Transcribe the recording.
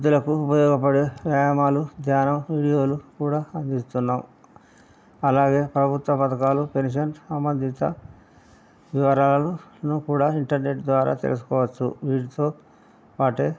వృద్దులకు ఉపయోగపడే వ్యాయామాలు ధ్యానం వీడియోలు కూడా అందిస్తున్నాము అలాగే ప్రభుత్వ పథకాలు పెన్షన్ సంబంధిత వివరాలను కూడా ఇంటర్నెట్ ద్వారా తెలుసుకోవచ్చు వీటితో పాటే